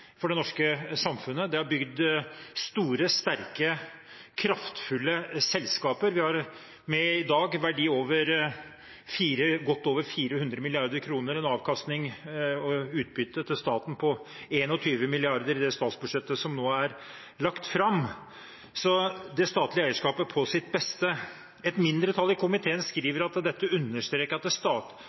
norske samfunnet. Det har bygd store, sterke og kraftfulle selskaper. Vi har i dag verdier for godt over 400 mrd. kr, en avkastning, utbytte, til staten på 21 mrd. kr i det statsbudsjettet som nå er lagt fram – det statlige eierskapet på sitt beste. Et mindretall i komiteen skriver at dette